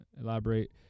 elaborate